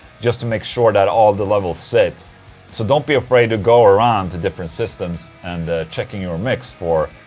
just to make sure that all the levels sit so don't be afraid to go around to different systems and checking your mix for.